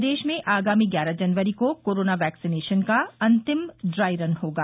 प्रदेश में आगामी ग्यारह जनवरी को कोरोना वैक्सीनेशन का अंतिम ड्राई रन होगा